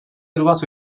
hırvat